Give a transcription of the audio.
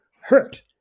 hurt